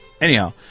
Anyhow